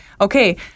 okay